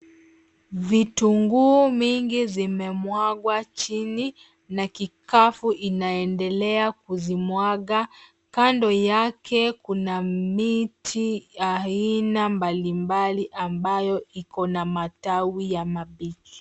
Vitunguu mingi vimemwagwa chini na kikapu inaendelea kuzimwaga. Kando yake kuna miti aina mbali mbali, ambayo iko na matawi ya mabichi.